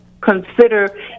consider